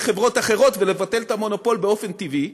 חברות אחרות ולבטל את המונופול באופן טבעי.